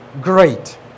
Great